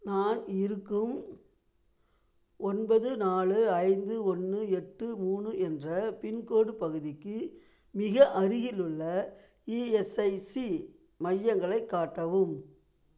நான் இருக்கும் ஒன்பது நாலு ஐந்து ஒன்று எட்டு மூணு என்ற பின்கோடு பகுதிக்கு மிக அருகிலுள்ள இஎஸ்ஐசி மையங்களைக் காட்டவும்